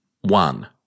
One